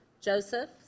Joseph